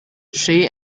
she